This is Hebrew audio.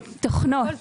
מה זה תשלומים